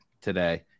today